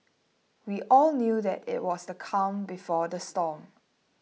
we all knew that it was the calm before the storm